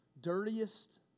dirtiest